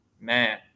man